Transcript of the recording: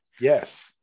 yes